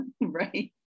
Right